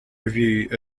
review